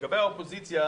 לגבי האופוזיציה